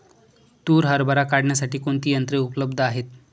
तूर हरभरा काढण्यासाठी कोणती यंत्रे उपलब्ध आहेत?